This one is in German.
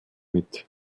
mit